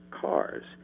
cars